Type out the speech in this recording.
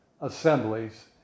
assemblies